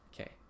Okay